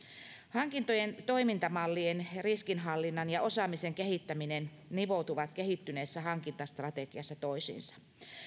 hankintojen toimintamallien ja riskinhallinnan ja osaamisen kehittäminen nivoutuvat kehittyneessä hankintastrategiassa toisiinsa